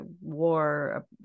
war